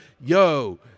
yo